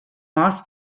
moss